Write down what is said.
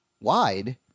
wide